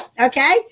Okay